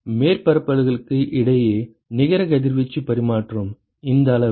எனவே மேற்பரப்புகளுக்கு இடையே நிகர கதிர்வீச்சு பரிமாற்றம் இந்த அளவு